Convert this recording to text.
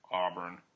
Auburn